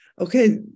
okay